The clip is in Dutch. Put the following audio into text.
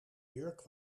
jurk